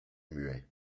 muet